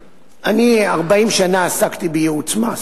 40 שנה עסקתי בייעוץ מס.